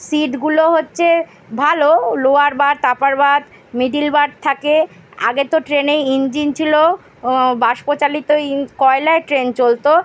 সিটগুলো হচ্ছে ভালো lower berth upper berth middle berth থাকে আগে তো ট্রেনে ইঞ্জিন ছিল বাষ্পচালিত ইন কয়লায় ট্রেন চলত